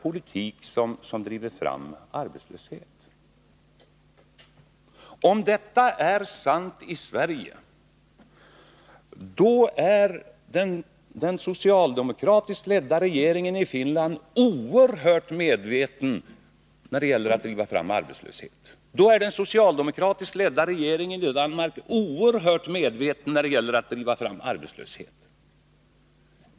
Om detta är sant i Sverige, då är den socialdemokratiskt ledda regeringen i Finland oerhört medveten när det gäller att driva fram arbetslöshet, och då är också den socialdemokratiskt ledda regeringen i Danmark oerhört medveten därom.